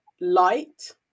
light